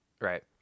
Right